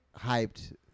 hyped